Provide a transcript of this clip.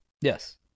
yes